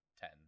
ten